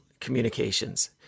Communications